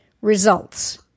Results